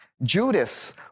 Judas